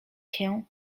się